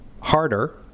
harder